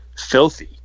filthy